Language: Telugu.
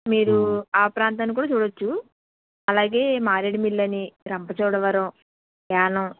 మీరూ ఆ ప్రాంతాన్ని కూడా చూడవచ్చు అలాగే మారేడుమిల్లి అని రంపచోడవరం యానాం